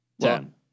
Ten